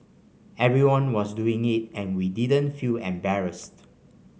everyone was doing it and we didn't feel embarrassed